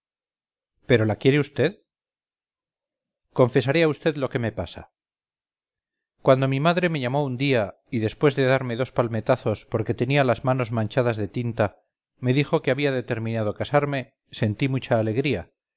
pero la quiere vd confesaré a vd lo que me pasa cuando mi madre me llamó un día y después de darme dos palmetazos porque tenía las manos manchadas de tinta me dijo que había determinado casarme sentí mucha alegría